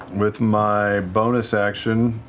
with my bonus action,